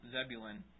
Zebulun